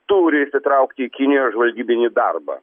turi įsitraukti į kinijos žvalgybinį darbą